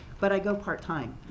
but i go part time,